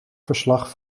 verslag